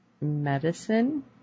medicine